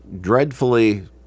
dreadfully